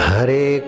Hare